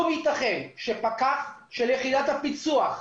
האם ייתכן שפקח של יחידת הפיצו"ח,